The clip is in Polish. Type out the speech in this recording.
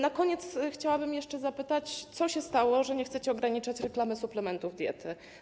Na koniec chciałabym jeszcze zapytać, co się stało, że nie chcecie ograniczać reklamy suplementów diety.